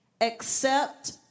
Accept